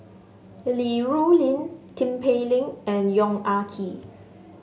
Li Rulin Tin Pei Ling and Yong Ah Kee